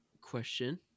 Question